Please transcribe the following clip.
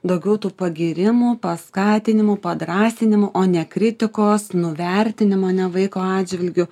daugiau tų pagyrimų paskatinimų padrąsinimų o ne kritikos nuvertinimo ne vaiko atžvilgiu